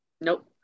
Nope